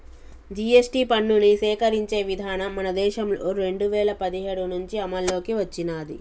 GST పన్నుని సేకరించే విధానం మన దేశంలో రెండు వేల పదిహేడు నుంచి అమల్లోకి వచ్చినాది